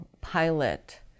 pilot